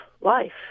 life